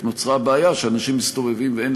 רק שנוצרה בעיה שאנשים מסתובבים ואין